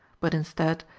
but instead,